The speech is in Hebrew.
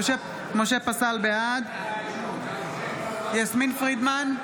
פסל, בעד יסמין פרידמן,